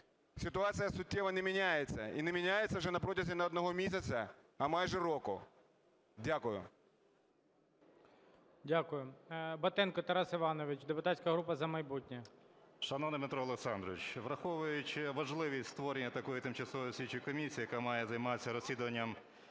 ситуація суттєво не міняється, і не міняється вже на протязі не одного місяця, а майже року? Дякую. ГОЛОВУЮЧИЙ. Дякую. Батенко Тарас Іванович, депутатська група "За майбутнє". 16:51:04 БАТЕНКО Т.І. Шановний Дмитро Олександрович, враховуючи важливість створення такої тимчасової слідчої комісії, яка має займатися розслідуванням